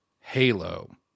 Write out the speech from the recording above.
Halo